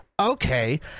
okay